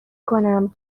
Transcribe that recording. کنم